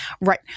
Right